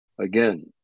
Again